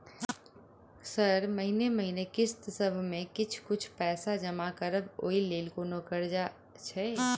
Sir महीने महीने किस्तसभ मे किछ कुछ पैसा जमा करब ओई लेल कोनो कर्जा छैय?